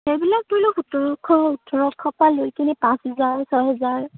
সেইবিলাক ধৰি লওক সোতৰশ ওঠৰশ পৰা লৈকেনে পাঁচহেজাৰ ছহেজাৰ